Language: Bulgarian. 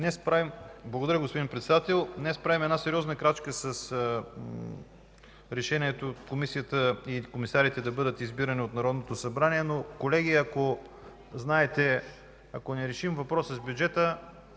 Благодаря, господин Председател. Днес правим сериозна крачка с решението – Комисията и комисарите да бъдат избирани от Народното събрание. Колеги, ако не решим въпроса с бюджета,